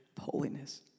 holiness